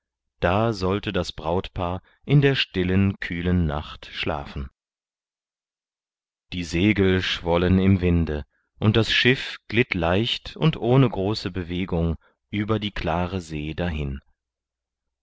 da sollte das brautpaar in der stillen kühlen nacht schlafen die segel schwollen im winde und das schiff glitt leicht und ohne große bewegung über die klare see dahin